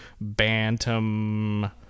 Bantam